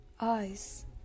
eyes